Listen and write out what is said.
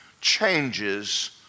changes